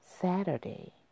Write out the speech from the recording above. Saturday